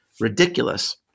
ridiculous